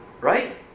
right